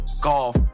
golf